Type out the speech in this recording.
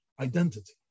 identity